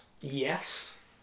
Yes